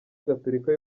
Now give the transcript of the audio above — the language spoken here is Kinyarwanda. gatolika